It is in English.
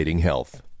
health